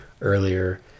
earlier